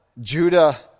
Judah